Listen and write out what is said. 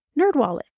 NerdWallet